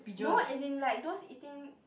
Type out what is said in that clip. no as in like those eating